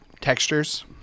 textures